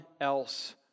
else